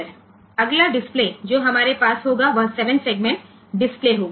હવે આગામી ડિસ્પ્લે જે આપણી પાસે હશે તે 7 સેગમેન્ટ ડિસ્પ્લે છે